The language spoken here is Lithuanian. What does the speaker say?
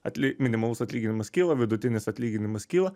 atly minimalus atlyginimas kyla vidutinis atlyginimas kyla